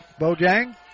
Bojang